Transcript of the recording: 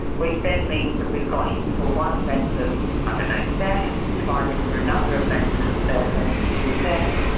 which then means that we've got him for one offense of i don't know theft. we find him for another offense ah and to do with theft,